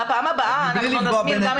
בפעם הבאה אנחנו נזמין גם את השר.